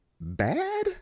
bad